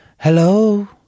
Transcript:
hello